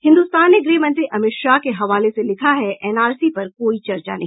हिन्दुस्तान ने गृह मंत्री अमित शाह के हवाले से लिखा है एनआरसी पर कोई चर्चा नहीं